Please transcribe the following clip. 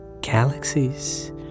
galaxies